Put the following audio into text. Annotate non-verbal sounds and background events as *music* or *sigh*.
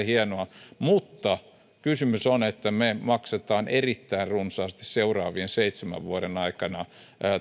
*unintelligible* hienoa mutta kysymys on että me maksamme erittäin runsaasti seuraavien seitsemän vuoden aikana